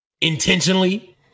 intentionally